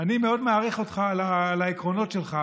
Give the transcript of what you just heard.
אני מאוד מעריך אותך על העקרונות שלך,